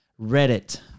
Reddit